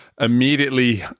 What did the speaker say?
immediately